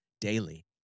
daily